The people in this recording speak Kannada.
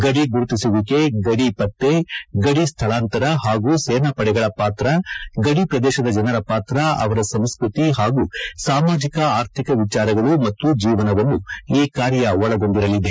ಗದಿ ಗುರುತಿಸುವಿಕೆ ಗದಿ ಪತ್ರೆ ಗಡಿ ಸ್ಥಳಾಂತರ ಹಾಗೂ ಸೇನಾಪಡೆಗಳ ಪಾತ್ರ ಗಡಿ ಪ್ರದೇಶದ ಜನರ ಪಾತ್ರ ಅವರ ಸಂಸ್ಕೃತಿ ಹಾಗೂ ಸಾಮಾಜಿಕ ಆರ್ಥಿಕ ವಿಚಾರಗಳು ಮತ್ತು ಜೀವನವನ್ನು ಈ ಕಾರ್ಯ ಒಳಗೊಂಡಿರಲಿದೆ